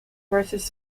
versus